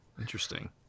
Interesting